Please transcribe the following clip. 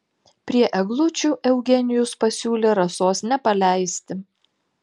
prie eglučių eugenijus pasiūlė rasos nepaleisti